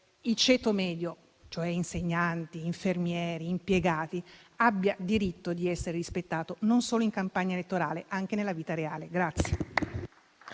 il ceto medio (cioè insegnanti, infermieri e impiegati) abbia il diritto di essere rispettato: non solo in campagna elettorale, ma anche nella vita reale.